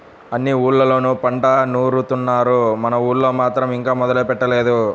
అన్ని ఊర్లళ్ళోనూ పంట నూరుత్తున్నారు, మన ఊళ్ళో మాత్రం ఇంకా మొదలే పెట్టలేదు